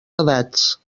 edats